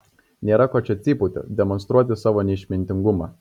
nėra ko čia cypauti demonstruoti savo neišmintingumą